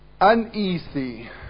uneasy